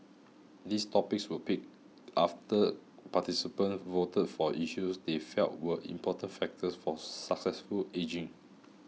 these topics were picked after participants voted for issues they felt were important factors for successful ageing